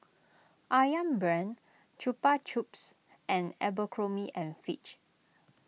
Ayam Brand Chupa Chups and Abercrombie and Fitch